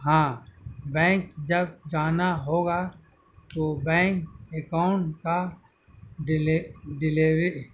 ہاں بینک جب جانا ہوگا تو بینک اکاؤنٹ کا ڈلیوری